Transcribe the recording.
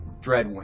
Dreadwing